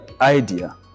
idea